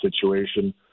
situation